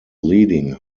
leading